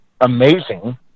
amazing